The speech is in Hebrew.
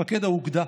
מפקד האוגדה,